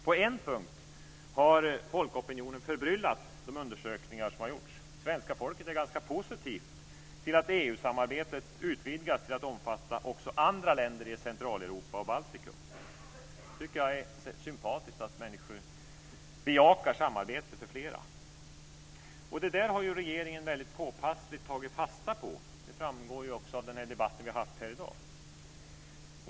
På en punkt har folkopinionen förbryllat i de undersökningar som har gjorts. Svenska folket är ganska positivt till att EU-samarbetet utvidgas till att omfatta också länder i Centraleuropa och Baltikum. Jag tycker att det är sympatiskt att människor bejakar samarbete med flera. Detta har regeringen väldigt påpassligt tagit fasta på. Det framgår också av debatten som vi haft här i dag.